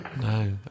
No